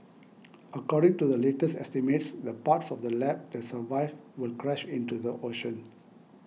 according to the latest estimates the parts of the lab that survive will crash into the ocean